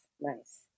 nice